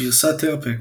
גרסת "הרפנג"